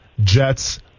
Jets